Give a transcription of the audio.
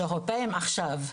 שאירופאים עכשיו,